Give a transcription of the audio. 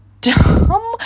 dumb